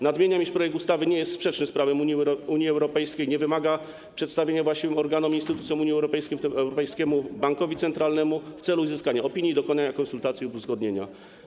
Nadmieniam, iż projekt ustawy nie jest sprzeczny z prawem Unii Europejskiej, nie wymaga przedstawienia właściwym organom i instytucjom Unii Europejskiej, w tym Europejskiemu Bankowi Centralnemu, w celu uzyskania opinii i dokonania konsultacji lub uzgodnienia.